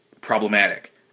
Problematic